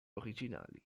originali